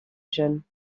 jeune